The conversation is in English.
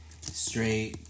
Straight